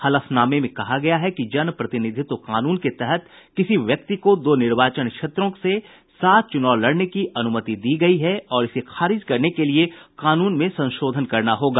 हलफनामे में कहा गया है कि जन प्रतिनिधित्व कानून के तहत किसी व्यक्ति को दो निर्वाचन क्षेत्रों से साथ चुनाव लड़ने की अनुमति दी गई है और इसे खारिज करने के लिए कानून में संशोधन करना होगा